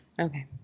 Okay